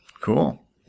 Cool